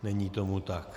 Není tomu tak.